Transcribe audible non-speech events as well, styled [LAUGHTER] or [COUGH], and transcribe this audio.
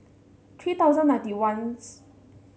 three thousand ninety one [UNINTELLIGIBLE]